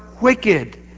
wicked